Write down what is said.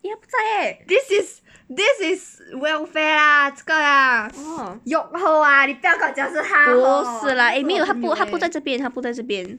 this is this is welfare lah 这个 lah yoke hoh ah 你不要跟我讲是他 hor 他是我朋友 leh